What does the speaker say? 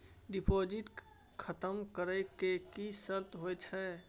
Deposit खतम करे के की सर्त होय छै?